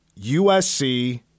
USC